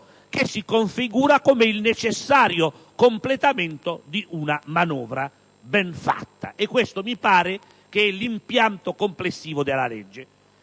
che si configura come il necessario completamente di una manovra ben fatta. Questo mi pare sia l'impianto complessivo della legge.